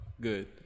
Good